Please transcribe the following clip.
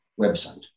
website